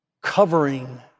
covering